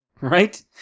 Right